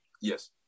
Yes